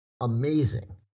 amazing